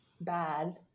bad